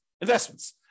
investments